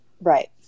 Right